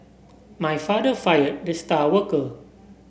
my father fired the star worker